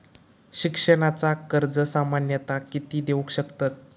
शिक्षणाचा कर्ज सामन्यता किती देऊ शकतत?